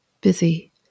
Busy